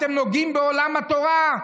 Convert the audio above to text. אתם נוגעים בעולם התורה,